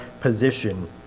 position